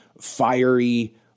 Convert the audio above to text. fiery